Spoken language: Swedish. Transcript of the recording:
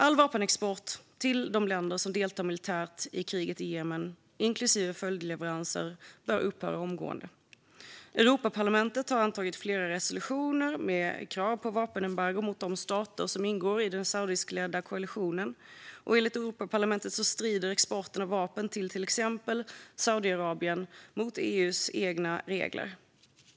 All vapenexport till de länder som deltar militärt i kriget i Jemen, inklusive följdleveranser, bör upphöra omgående. Europaparlamentet har antagit flera resolutioner med krav på vapenembargon mot de stater som ingår i den saudiskledda koalitionen, och enligt Europaparlamentet strider exporten av vapen till exempelvis Saudiarabien mot EU:s egna regler.